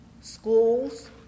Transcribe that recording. schools